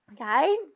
Okay